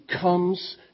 comes